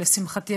לשמחתי,